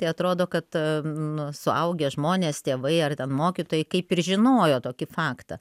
tai atrodo kad nu suaugę žmonės tėvai ar ten mokytojai kaip ir žinojo tokį faktą